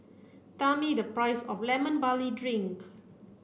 tell me the price of lemon barley drink